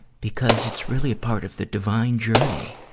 because it's really a part of the divine journey.